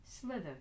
slither